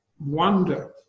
wonder